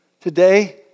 Today